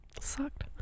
sucked